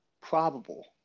probable